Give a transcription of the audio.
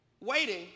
waiting